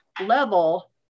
level